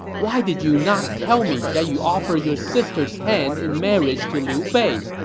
why did you not tell me that you offered your sister's hand in marriage to liu bei?